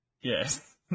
Yes